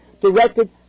directed